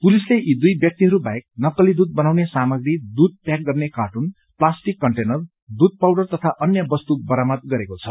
पुलिसले यी दुइ व्यक्तिहरू बाहेक नकली दूध बनाउने सामग्री दूध प्याक गर्ने कार्टुन प्लास्टिक कन्टेनर दूध पाउडर तथा अन्य वस्तु वरामद गरेको छ